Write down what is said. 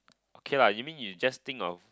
okay lah you mean you just think of